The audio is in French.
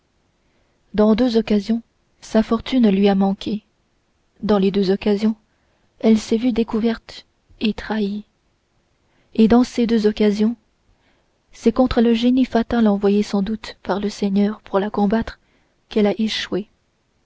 dans deux occasions sa fortune lui a manqué dans deux occasions elle s'est vue découverte et trahie et dans ces deux occasions c'est contre le génie fatal envoyé sans doute par le seigneur pour la combattre qu'elle a échoué